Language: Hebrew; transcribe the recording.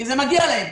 כי זה מגיע להם.